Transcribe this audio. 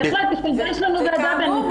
בהחלט, בשביל זה יש לנו ועדה בין-משרדית.